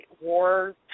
war